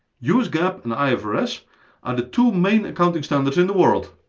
us gaap and ifrs are the two main accounting standards in the world,